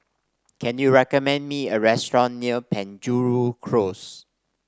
can you recommend me a restaurant near Penjuru Close